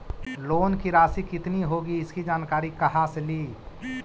Loan की रासि कितनी होगी इसकी जानकारी कहा से ली?